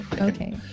Okay